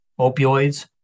opioids